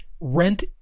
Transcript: rent